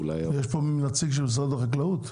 יש פה נציג של משרד החקלאות?